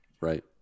Right